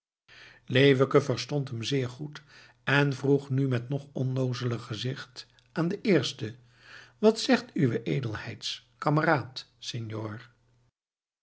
leeuwke verstond hem zeer goed en vroeg nu met nog onnoozeler gezicht aan den eerste wat zegt uwe edelheids kameraad senor